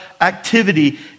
activity